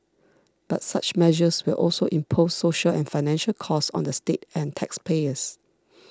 but such measures will also impose social and financial costs on the state and taxpayers